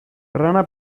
rana